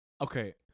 Okay